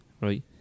Right